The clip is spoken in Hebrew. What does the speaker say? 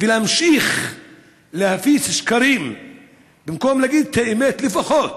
ולהמשיך להפיץ שקרים במקום להגיד את האמת לפחות,